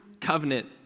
covenant